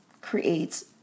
creates